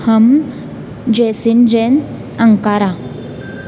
हम जैसिन जैन अंकारा